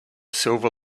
silver